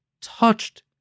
touched